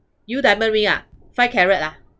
new diamond ring ah five carat ah